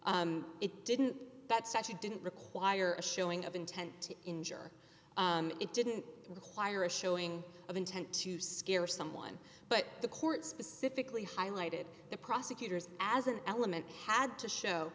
e it didn't that's actually didn't require a showing of intent to injure it didn't require a showing of intent to scare someone but the court specifically highlighted the prosecutors as an element had to show